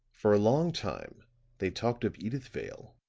for a long time they talked of edyth vale,